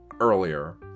earlier